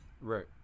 Right